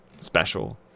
special